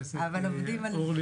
הוא יכול להיות מלחץ נפשי שהוא עבר,